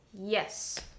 Yes